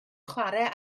chwarae